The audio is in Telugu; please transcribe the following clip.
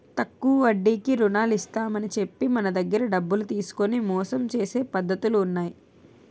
తక్కువ వడ్డీకి రుణాలు ఇస్తామని చెప్పి మన దగ్గర డబ్బులు తీసుకొని మోసం చేసే పద్ధతులు ఉన్నాయి